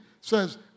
says